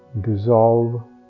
dissolve